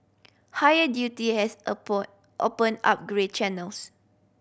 higher duty has open opened up grey channels